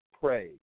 pray